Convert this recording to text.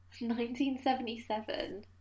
1977